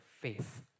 faith